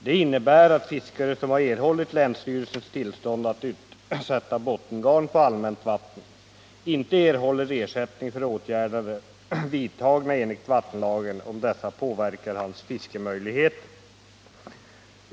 Det innebär att fiskare som har erhållit länsstyrelsens tillstånd att utsätta bottengarn på allmänt vatten inte får ersättning för åtgärder vidtagna enligt vattenlagen, om dessa påverkar hans fiskemöjligheter.